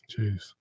Jeez